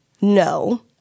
no